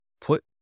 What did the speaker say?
put